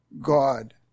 God